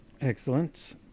Excellent